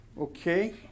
Okay